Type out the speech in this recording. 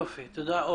תודה.